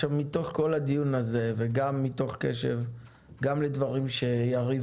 מתוך כל הדיון הזה וגם מתוך קשב גם למה שאמרו יריב